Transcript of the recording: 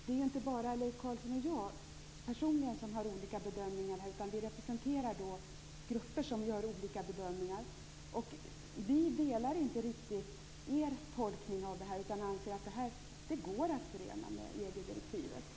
Fru talman! Det är ju inte bara Leif Carlson och jag personligen som gör olika bedömningar här. Vi representerar grupper som gör olika bedömningar. Vi delar inte riktigt er tolkning av detta, utan vi anser att det går att förena med EG-direktivet.